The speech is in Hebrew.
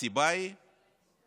הסיבה היא אחת: